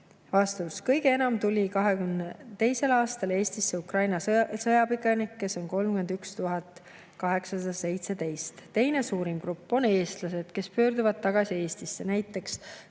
Vastus. Kõige enam tuli 2022. aastal Eestisse Ukraina sõjapõgenikke, keda on 31 817. Teine suur grupp on eestlased, kes pöörduvad tagasi Eestisse. Näiteks